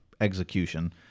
execution